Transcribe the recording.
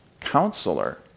Counselor